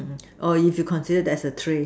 um or if you consider that as a tree